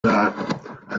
back